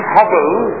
Hubble